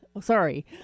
sorry